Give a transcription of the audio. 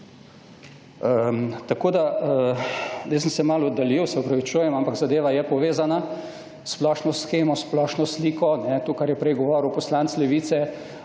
zadeva je povezana, s splošno shemo, s splošno sliko, kajne. To, kar je prej govoril poslanec Levice,